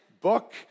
book